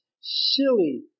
silly